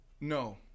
No